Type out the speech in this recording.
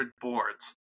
boards